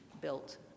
built